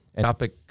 Topic